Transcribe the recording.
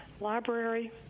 library